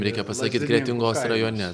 reikia pasakyt kretingos rajone